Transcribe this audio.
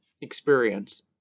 experience